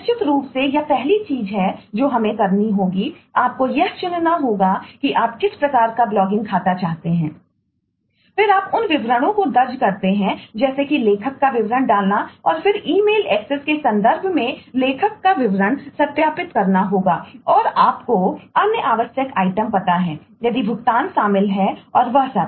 निश्चित रूप से यह पहली चीज है जो हमें करनी होगी आपको यह चुनना होगा कि आप किस प्रकार का ब्लॉगिंग पता है यदि भुगतान शामिल है और वह सब